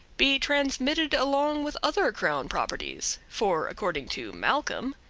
be transmitted along with other crown properties for according to malcolm,